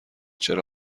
چرا